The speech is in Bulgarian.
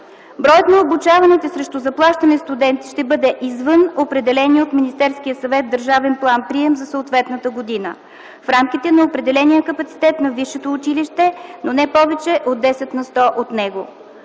Броят на обучаваните срещу заплащане студенти ще бъде извън определения от Министерския съвет държавен план-прием за съответната година, в рамките на определения капацитет на висшето училище, но не повече от 10 на сто от него.